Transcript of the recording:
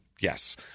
Yes